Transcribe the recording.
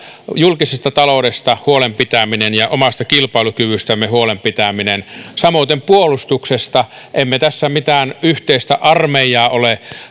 julkisesta taloudesta huolen pitäminen ja omasta kilpailukyvystämme huolen pitäminen samoiten puolustuksesta emme tässä mitään yhteistä armeijaa ole